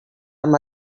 amb